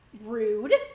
Rude